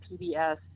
PBS